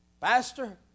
Pastor